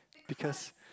because